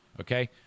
okay